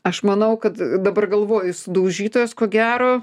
aš manau kad dabar galvoju sudaužytojas ko gero